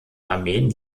armeen